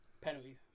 Penalties